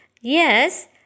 yes